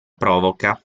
provoca